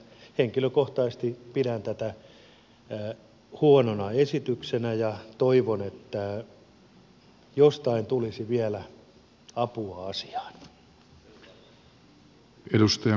henkilökohtaisesti pidän tätä huonona esityksenä ja toivon että jostain tulisi vielä apua asiaan